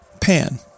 Pan